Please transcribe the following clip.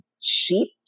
sheep